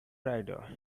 rider